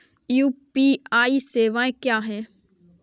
UPI सवायें क्या हैं?